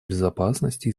безопасности